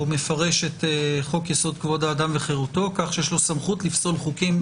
מפרש את חוק יסוד כבוד האדם וחירותו כך שיש לו סמכות לפסול חוקים.